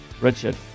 Richard